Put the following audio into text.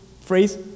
phrase